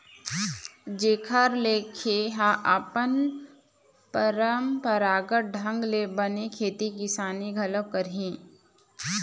जेखर ले खे ह अपन पंरापरागत ढंग ले बने खेती किसानी घलोक करही